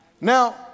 Now